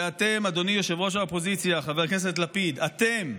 שאתם, אדוני ראש האופוזיציה, חבר הכנסת לפיד, אתם,